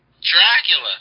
dracula